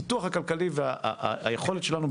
הפיתוח הכלכלי והיכולת שלנו,